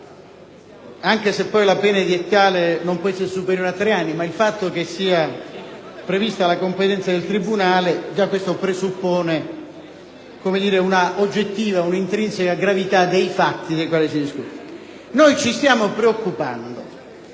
anche se poi la pena edittale non può essere superiore a tre anni. Ma il fatto che sia prevista la competenza del tribunale, già questo presuppone una oggettiva, intrinseca gravità dei fatti dei quali si discute. Noi ci stiamo preoccupando